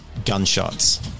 gunshots